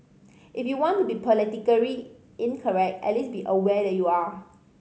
if you want to be politically incorrect at least be aware that you are